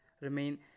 remain